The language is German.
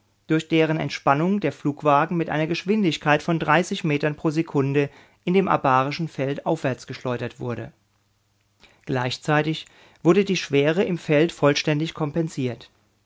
durch deren entspannung der flugwagen mit einer geschwindigkeit von metern pro sekunde in dem abarischen feld aufwärtsgeschleudert wurde gleichzeitig wurde die schwere im feld vollständig kompensiert